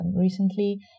recently